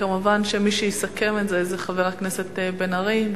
כמובן, מי שיסכם את זה הוא חבר הכנסת בן-ארי.